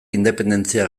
independentzia